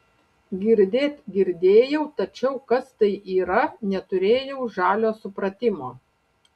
girdėt girdėjau tačiau kas tai yra neturėjau žalio supratimo